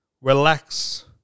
relax